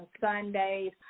Sundays